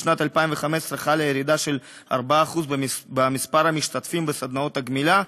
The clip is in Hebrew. בשנת 2015 חלה ירידה של 4% במספר המשתתפים בסדנאות הגמילה,